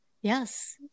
Yes